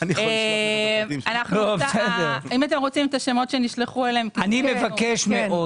אם תרצו את השמות שנשלחו- -- אני מבקש מאוד